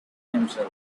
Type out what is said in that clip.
himself